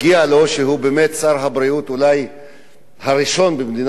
כי הוא שר הבריאות הראשון במדינת ישראל